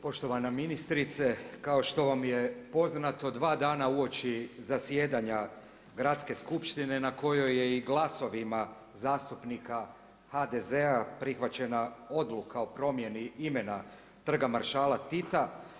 Poštovana ministrice, kao što vam je poznato dva dana uoči zasjedanja Gradske skupštine na kojoj je i glasovima zastupnika HDZ-a prihvaćena odluka o promjeni imena Trga maršala Tita.